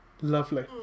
Lovely